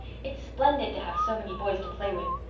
it's splendid to have so many boys to play with.